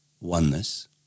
Oneness